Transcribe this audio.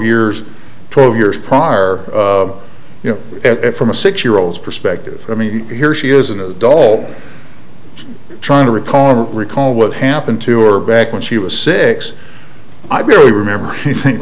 years twelve years prior you know from a six year old's perspective i mean here she is an adult trying to recall ever recall what happened to her back when she was six i barely remember anything